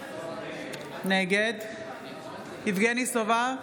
נגד יבגני סובה,